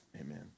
Amen